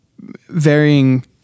varying